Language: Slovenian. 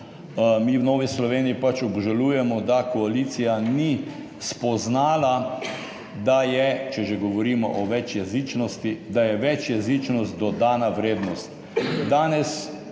mi v Novi Sloveniji pač obžalujemo, da koalicija ni spoznala, če že govorimo o večjezičnosti, da je večjezičnost dodana vrednost.